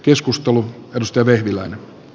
keskustelu steven